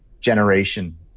generation